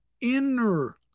inner